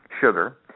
sugar